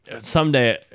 someday